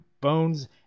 bones